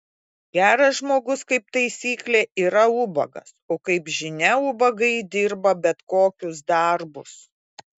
geras žmogus kaip taisyklė yra ubagas o kaip žinia ubagai dirba bet kokius darbus